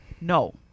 No